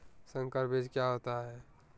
संकर बीज क्या होता है?